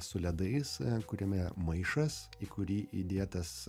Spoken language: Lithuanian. su ledais kuriame maišas į kurį įdėtas